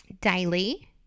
daily